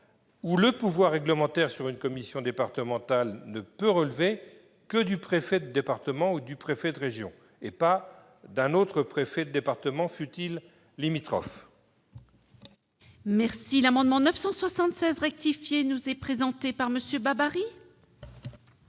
où le pouvoir réglementaire sur une commission départementale ne peut relever que du préfet de département ou du préfet de région et pas du préfet d'un autre département, fût-il limitrophe. L'amendement n° 976 rectifié, présenté par M. Babary,